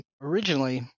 originally